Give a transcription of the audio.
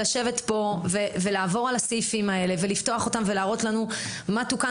לשבת כאן ולעבור על הסעיפים האלה ולהראות לנו מה תוקן